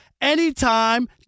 anytime